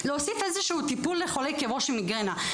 להוסיף איזשהו טיפול לחולי כאב ראש ומיגרנה.